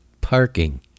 parking